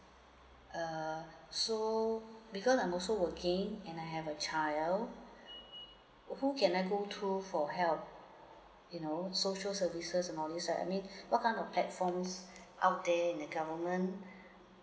uh so because I'm also working and I have a child who can I go through for help you know social services about means um I mean what kind of platform are there in the government